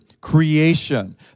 creation